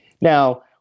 Now